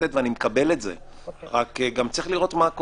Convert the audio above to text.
אבל יש מישהו שהגיע למצב חס וחלילה של חולה קשה?